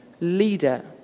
leader